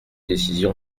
décision